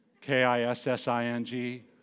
K-I-S-S-I-N-G